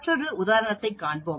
மற்றொரு உதாரணத்தைக் காண்போம்